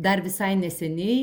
dar visai neseniai